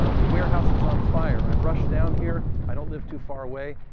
ah the warehouse is on fire. i rushed down here. i don't live too far away.